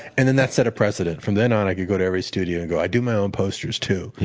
and then that set a precedent. from then on, i could go to every studio and go, i do my own posters, too.